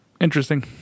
Interesting